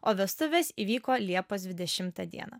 o vestuvės įvyko liepos dvidešimtą dieną